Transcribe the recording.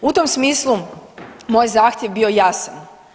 U tom smislu moj je zahtjev bio jasan.